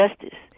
justice